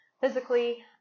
physically